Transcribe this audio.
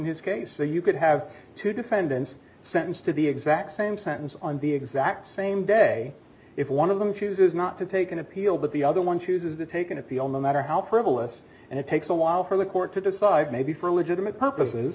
his case so you could have two defendants sentenced to the exact same sentence on the exact same day if one of them chooses not to take an appeal but the other one chooses to take an appeal no matter how prevalent and it takes a while for the court to decide maybe for legitimate purposes